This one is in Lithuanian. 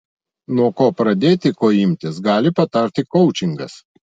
nuo ko pradėti ko imtis gali patarti koučingas